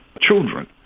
children